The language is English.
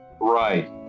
Right